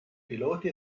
piloti